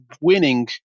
winning